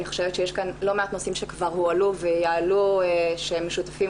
אני חושבת שיש כאן לא מעט נושאים שכבר הועלו ויעלו שהם משותפים